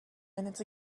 minutes